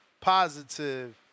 positive